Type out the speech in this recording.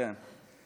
אוקיי.